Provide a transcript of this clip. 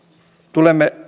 tulemme